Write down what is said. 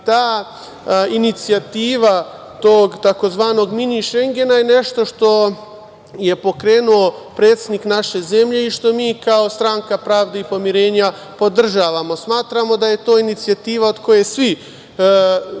I ta inicijativa tog tzv. mini Šengena je nešto što je pokrenuo predsednik naše zemlje i što mi kao Stranka pravde i pomirenja podržavamo. Smatramo da je to inicijativa od koje svi